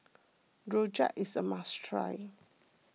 Rojak is a must try